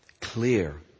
clear